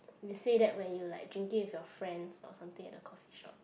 we say that when you like drinking with your friends or something at the coffee shop